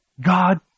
God